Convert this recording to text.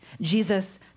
Jesus